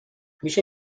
میشه